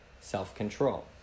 Self-control